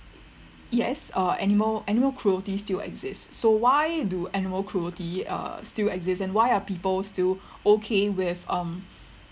yes uh animal animal cruelty still exists so why do animal cruelty uh still exist and why are people still okay with um